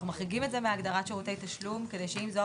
אנחנו מחריגים את זה מהגדרת שירותי תשלום